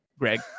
Greg